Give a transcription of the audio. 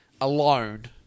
alone